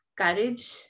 courage